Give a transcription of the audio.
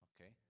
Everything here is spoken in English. okay